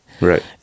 right